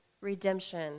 redemption